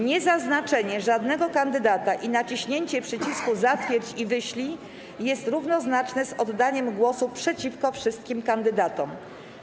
Niezaznaczenie żadnego kandydata i naciśnięcie przycisku „zatwierdź i wyślij” jest równoznaczne z oddaniem głosu przeciwko wszystkim kandydaturom.